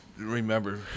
remember